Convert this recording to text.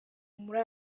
muri